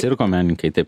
cirko menininkai taip